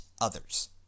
others